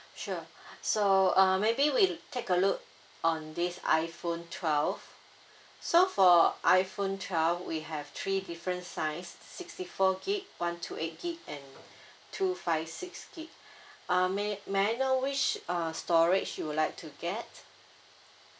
sure so uh maybe we take a look on this iphone twelve so for iphone twelve we have three different size sixty four gig one two eight gig and two five six gig uh may may I know which uh storage you would like to get